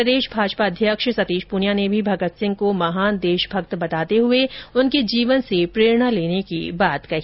प्रदेश भाजपा अध्यक्ष सतीश पूनिया ने भी भगत सिंह को महान देशभक्त बताते हुए उनके जीवन से प्रेरणा लेने की बात कही